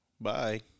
Bye